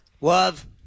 Love